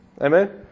Amen